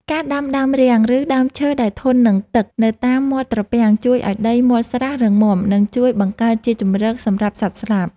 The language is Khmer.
ការដាំដើមរាំង ឬដើមឈើដែលធន់នឹងទឹកនៅតាមមាត់ត្រពាំងជួយឱ្យដីមាត់ស្រះរឹងមាំ និងជួយបង្កើតជាជម្រកសម្រាប់សត្វស្លាប។